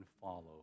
follow